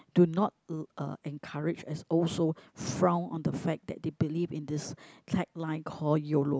do not uh encourage as also frown on the fact that they believe in this tagline called Yolo